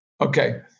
okay